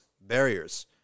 barriers